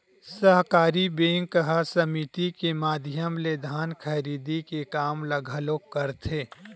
सहकारी बेंक ह समिति के माधियम ले धान खरीदे के काम ल घलोक करथे